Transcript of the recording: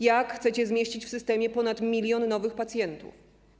Jak chcecie zmieścić w systemie ponad 1 mln nowych pacjentów?